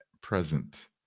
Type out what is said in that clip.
present